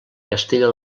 castella